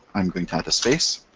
i'm going to add a space,